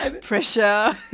pressure